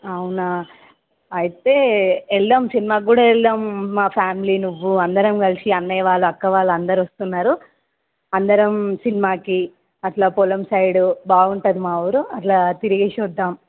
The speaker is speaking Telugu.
అవునా అయితే వెళదాము సినిమా కూడా వెళదాము మా ఫ్యామిలీ నువ్వు అందరం కలిసి అన్నయ్య వాళ్ళు అక్క వాళ్ళు అందరూ వస్తున్నారు అందరం సినిమాకి అట్లా పొలం సైడు బాగుంటుంది మాఊరు అట్లా తిరిగేసి వద్దాము